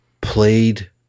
played